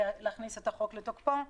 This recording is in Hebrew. להכניס את החוק לתוקפו.